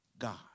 God